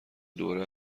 دوره